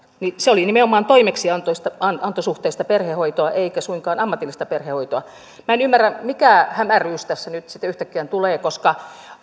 niin se oli nimenomaan toimeksiantosuhteista perhehoitoa eikä suinkaan ammatillista perhehoitoa minä en ymmärrä mikä hämäryys tässä nyt sitten yhtäkkiä tulee koska